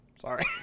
Sorry